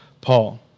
Paul